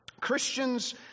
Christians